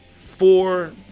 four